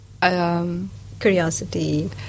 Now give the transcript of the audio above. Curiosity